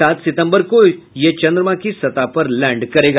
सात सितंबर को ये चंद्रमा की सतह पर लैंड करेगा